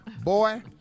Boy